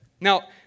Now